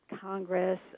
Congress